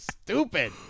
stupid